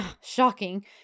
shocking